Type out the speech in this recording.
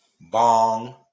Bong